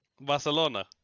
Barcelona